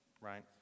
right